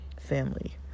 family